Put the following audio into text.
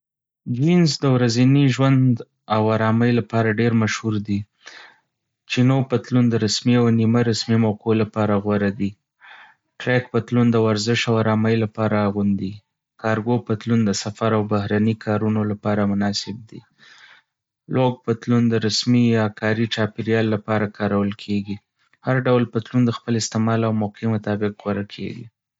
جینز د ورځني ژوند او آرامۍ لپاره ډېر مشهور دی. چينو پتلون د رسمي او نیمه رسمي موقعو لپاره غوره دی. ټریک پتلون د ورزش او آرامۍ لپاره اغوندي. کارګو پتلون د سفر او بهرني کارونو لپاره مناسب دی. لوګ پتلون د رسمي یا کاري چاپېریال لپاره کارول کېږي. هر ډول پتلون د خپل استعمال او موقع مطابق غوره کېږي.